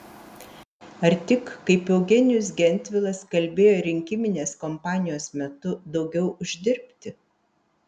ar tik kaip eugenijus gentvilas kalbėjo rinkiminės kompanijos metu daugiau uždirbti